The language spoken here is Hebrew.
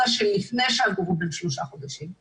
שלפני שהגור הוא בן שלושה חודשים.